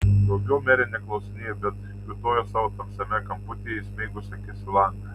daugiau merė neklausinėjo bet kiūtojo savo tamsiame kamputyje įsmeigusi akis į langą